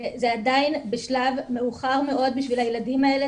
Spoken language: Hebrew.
זה עדיין בשלב מאוחר מאוד בשביל הילדים האלה,